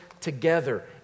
together